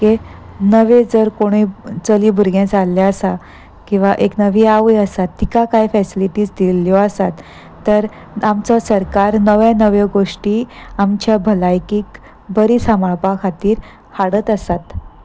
की नवें जर कोणूय चली भुरगें जाल्लें आसा किंवा एक नवी आवय आसा तिका कांय फॅसिलिटीझ दिल्ल्यो आसात तर आमचो सरकार नव्यो नव्यो गोश्टी आमच्या भलायकीक बरी सांबाळपा खातीर हाडत आसात